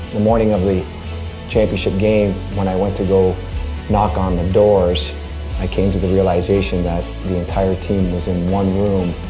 the morning of the championship game, when i went to knock on the doors i came to the realization that the entire team was in one room,